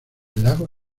lago